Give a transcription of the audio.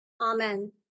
Amen